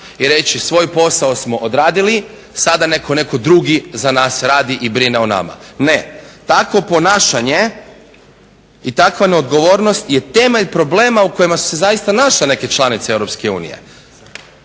i reći svoj posao smo odradili sada neka netko drugi za nas radi i brine o nama. Ne, takvo ponašanje i takva neodgovornost je temelj problema u kojima su se zaista našle neke članice EU.